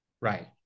Right